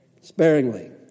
sparingly